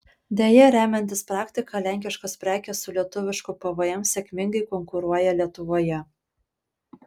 deja remiantis praktika lenkiškos prekės su lietuvišku pvm sėkmingai konkuruoja lietuvoje